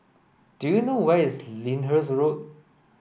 do you know where is Lyndhurst Road